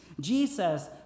Jesus